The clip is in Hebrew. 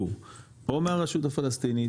היו או מהרשות הפלסטינית